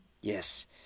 Yes